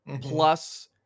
plus